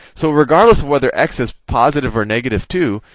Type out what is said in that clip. so regardless of whether x is positive or negative two,